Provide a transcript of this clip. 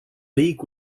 league